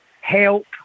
help